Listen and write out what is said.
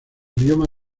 bioma